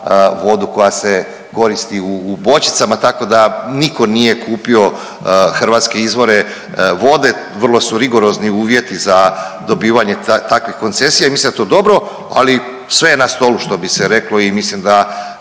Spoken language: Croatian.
vodu koja se koristi u bočicama. Tako da nitko nije kupio hrvatske izvore vode. Vrlo su rigorozni uvjeti za dobivanje takvih koncesija i mislim da je to dobro, ali sve je na stolu što bi se reklo i mislim